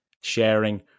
sharing